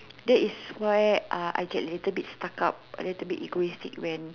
that is why uh I get little bit stuck up I get little bit egoistic when